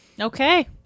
okay